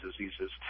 diseases